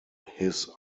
his